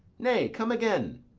nay, come again!